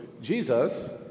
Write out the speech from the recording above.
Jesus